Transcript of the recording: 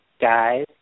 guys